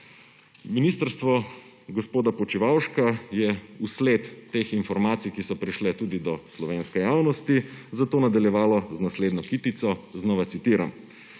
Ministrstvo gospoda Počivalška je vsled teh informacij, ki so prišle tudi do slovenske javnosti, zato nadaljevalo z naslednjo kitico, znova citiram: